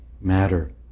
Matter